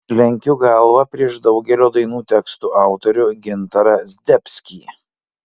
lenkiu galvą prieš daugelio dainų tekstų autorių gintarą zdebskį